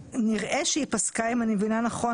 נראה שהיא פסקה - אם אני מבינה נכון,